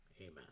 amen